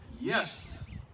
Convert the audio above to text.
Yes